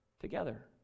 together